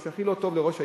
מה שהכי לא טוב לראש העיר,